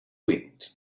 wind